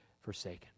forsaken